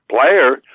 player